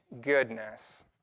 goodness